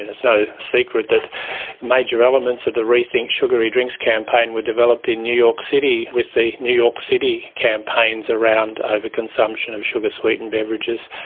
and it's no secret that major elements of the rethink sugary drinks campaign were developed in new york city with the new york city campaigns around over-consumption of sugar-sweetened beverages,